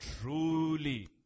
truly